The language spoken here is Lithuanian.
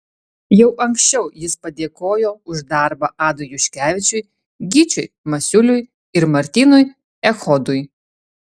jau anksčiau jis padėkojo už darbą adui juškevičiui gyčiui masiuliui ir martynui echodui